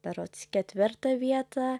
berods ketvirtą vietą